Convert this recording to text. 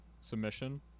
submission